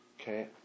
Okay